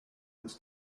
this